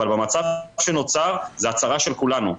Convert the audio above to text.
אבל במצב שנוצר זו הצרה של כולנו.